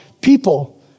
people